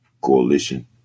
coalition